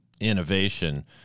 innovation